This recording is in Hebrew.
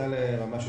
העלתה לרמה של